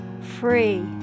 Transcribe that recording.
free